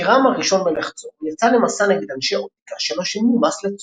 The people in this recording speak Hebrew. חירם הראשון מלך צור יצא למסע נגד אנשי אוטיקה שלא שילמו מס לצור.